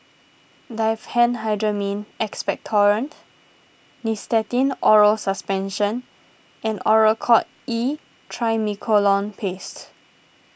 Diphenhydramine Expectorant Nystatin Oral Suspension and Oracort E Triamcinolone Paste